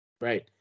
right